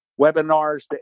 webinars